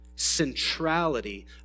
centrality